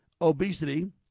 obesity